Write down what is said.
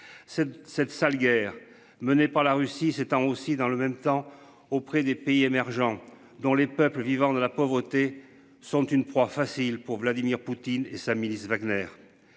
cette sale guerre menée par la Russie s'étend aussi dans le même temps auprès des pays émergents dont les peuples vivant dans la pauvreté sont une proie facile pour Vladimir Poutine et sa milice Wagner.